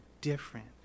different